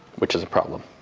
which is a problem.